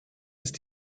ist